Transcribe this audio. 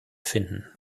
finden